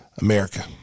America